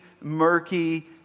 murky